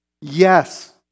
Yes